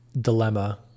dilemma